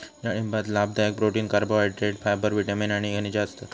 डाळिंबात लाभदायक protein, carbohydrate, fibre, vitamin आणि खनिजा असतत